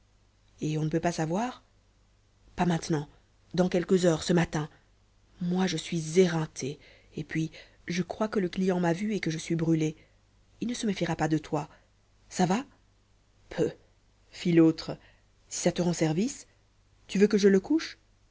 et on ne peut pas savoir pas maintenant dans quelques heures ce matin moi je suis éreinté et puis je crois que le client m'a vu et que je suis brûlé il ne se méfiera pas de toi ça va peuh fit l'autre si ça te rend service tu veux que je le couche